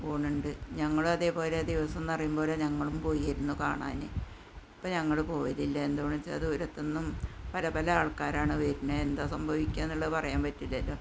പോകണുണ്ട് ഞങ്ങൾ അതേപോലെ ദിവസം എന്നറിയും പോലെ ഞങ്ങളും പോയിരുന്നു കാണാൻ ഇപ്പോൾ ഞങ്ങൾ പോരില്ല എന്തു കൊണ്ടെന്നു വെച്ചാൽ ദൂരത്തു നിന്നും പലപല ആള്ക്കാരാണ് വരണെ എന്താ സംഭവിക്കുന്നതു പറയാന് പറ്റില്ലല്ലൊ